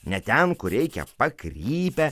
ne ten kur reikia pakrypę